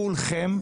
כולם,